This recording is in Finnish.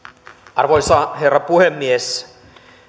arvoisa herra puhemies